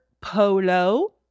polo